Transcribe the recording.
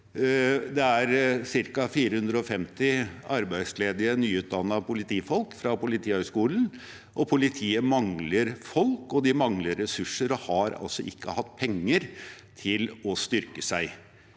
Det er ca. 450 arbeidsledige, nyutdannede politifolk fra Politihøgskolen, og politiet mangler både folk og ressurser. De har altså ikke hatt penger til å styrke seg.